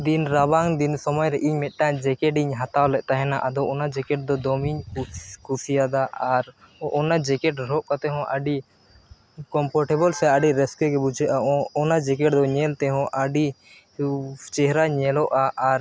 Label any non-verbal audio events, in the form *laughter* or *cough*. ᱫᱤᱱ ᱨᱟᱵᱟᱝ ᱫᱤᱱ ᱥᱚᱢᱚᱭ ᱨᱮ ᱤᱧ ᱢᱤᱫᱴᱟᱝ ᱤᱧ ᱦᱟᱛᱟᱣ ᱞᱮᱫ ᱛᱟᱦᱮᱱᱟ ᱟᱫᱚ ᱚᱱᱟ ᱫᱚ ᱫᱚᱢᱮᱧ *unintelligible* ᱠᱩᱥᱤᱭᱟᱫᱟ ᱟᱨ ᱚᱱᱟ ᱦᱚᱨᱚᱜ ᱠᱟᱛᱮᱫ ᱦᱚᱸ ᱟᱹᱰᱤ ᱥᱮ ᱟᱹᱰᱤ ᱨᱟᱹᱥᱠᱟᱹ ᱜᱮ ᱵᱩᱡᱷᱟᱹᱜᱼᱟ ᱚᱱᱟ ᱫᱚ ᱧᱮᱞ ᱛᱮᱦᱚᱸ ᱟᱹᱰᱤ ᱪᱮᱦᱨᱟ ᱧᱮᱞᱚᱜᱼᱟ ᱟᱨ